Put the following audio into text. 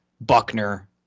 Buckner